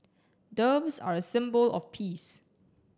doves are a symbol of peace